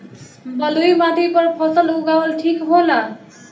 बलुई माटी पर फसल उगावल ठीक होला?